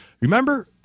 remember